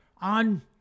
on